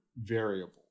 variable